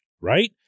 right